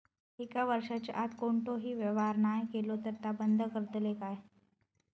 एक वर्षाच्या आत कोणतोही व्यवहार नाय केलो तर ता बंद करतले काय?